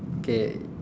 K